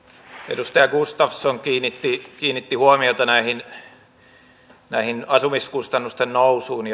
edustaja gustafsson kiinnitti kiinnitti huomiota näiden asumiskustannusten nousuun